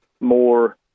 more